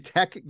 Tech